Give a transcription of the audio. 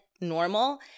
normal